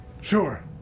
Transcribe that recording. Sure